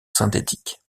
synthétiques